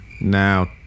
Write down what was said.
Now